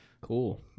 Cool